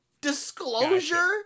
Disclosure